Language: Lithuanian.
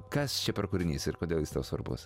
kas čia per kūrinys ir kodėl jis tau svarbus